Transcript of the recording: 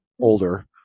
older